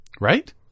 Right